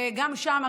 וגם שם,